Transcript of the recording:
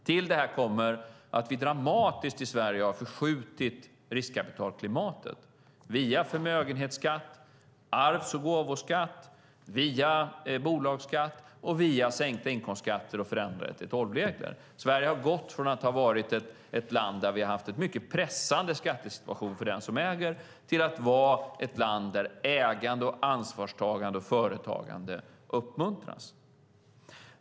Till detta kommer att vi i Sverige dramatiskt har förskjutit riskkapitalklimatet via förmögenhetsskatt, arv och gåvoskatt, via bolagsskatt och via sänkta inkomstskatter och förändrade 3:12-regler. Sverige har gått från att ha varit ett land där vi har haft en mycket pressande skattesituation för den som äger till att vara ett land där ägande, ansvarstagande och företagande uppmuntras.